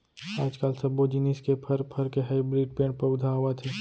आजकाल सब्बो जिनिस के फर, फर के हाइब्रिड पेड़ पउधा आवत हे